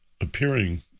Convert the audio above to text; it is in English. appearing